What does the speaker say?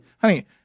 honey